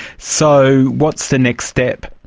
so what's the next step?